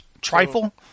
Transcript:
trifle